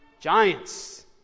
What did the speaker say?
Giants